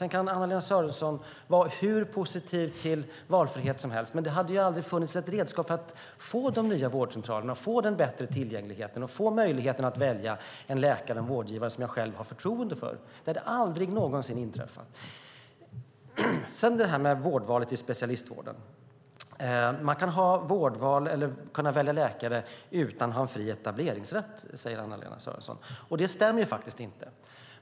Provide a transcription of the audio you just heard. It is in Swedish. Anna-Lena Sörenson kan vara hur positiv som helst till valfrihet, men det hade inte funnits något redskap för att få de nya vårdcentralerna, den bättre tillgängligheten och möjligheten att välja en läkare och en vårdgivare som jag har förtroende för. Det skulle aldrig någonsin ha inträffat. När det gäller vårdvalet inom specialistvården kan man ha vårdval eller kunna välja läkare utan fri etableringsrätt, säger Anna-Lena Sörenson. Det stämmer faktiskt inte.